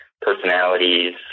personalities